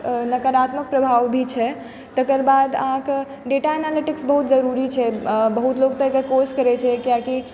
नकारात्मक प्रभाव भी छै तकर बाद अहाँके डेटा एनालिटिक्स बहुत जरुरी छै आ बहुत लोग तऽ एकर कोर्स करै छै कियाकि